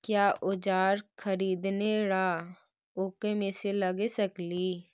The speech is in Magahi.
क्या ओजार खरीदने ड़ाओकमेसे लगे सकेली?